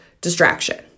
distraction